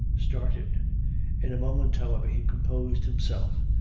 started in a moment, however, he composed himself,